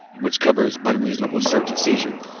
which covers unreasonable search and seizure.